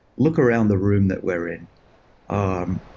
look around the room that we're in, um